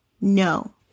no